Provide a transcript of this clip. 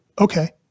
okay